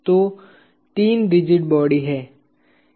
तो 3 rigid body हैं